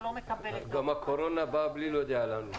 --- גם הקורונה באה בלי להודיע לנו.